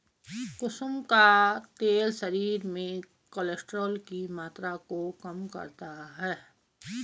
कुसुम का तेल शरीर में कोलेस्ट्रोल की मात्रा को कम करता है